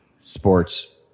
sports